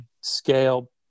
scale